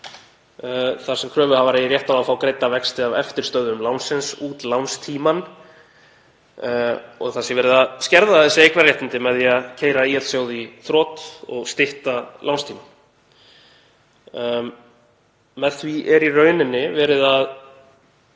þar sem kröfuhafar eigi rétt á að fá greidda vexti af eftirstöðvum lánsins út lánstímann og að það sé verið að skerða þessi eignarréttindi með því að keyra ÍL-sjóð í þrot og stytta lánstíma. Með því er í rauninni verið að